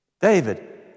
David